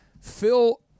Phil